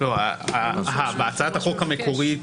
בהצעת החוק המקורית